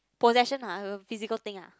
possession ah physical thing ah